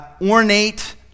ornate